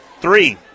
three